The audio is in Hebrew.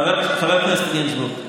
חבר הכנסת גינזבורג,